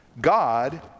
God